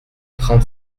trente